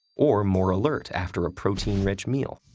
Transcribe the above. or more alert after a protein-rich meal.